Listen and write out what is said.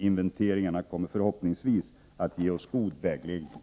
Inventeringarna kommer förhoppningsvis att ge oss god vägledning.